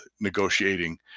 negotiating